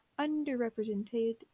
underrepresented